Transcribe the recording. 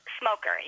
Smoker